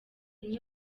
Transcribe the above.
imwe